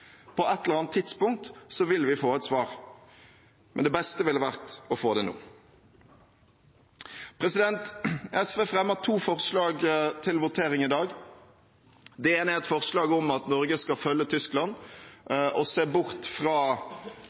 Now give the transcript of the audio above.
På et eller annet tidspunkt vil vi få et svar, men det beste ville vært å få det nå. SV fremmer to forslag til votering i dag. Det ene er et forslag om at Norge skal følge Tyskland og se bort fra